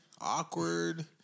awkward